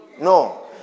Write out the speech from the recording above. No